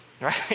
Right